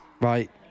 Right